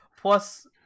plus